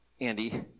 Andy